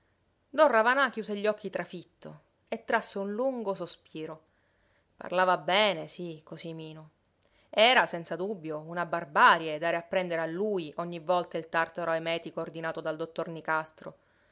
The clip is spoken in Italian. don ravanà chiuse gli occhi trafitto e trasse un lungo sospiro parlava bene sí cosimino era senza dubbio una barbarie dare a prendere a lui ogni volta il tartaro emètico ordinato dal dottor nicastro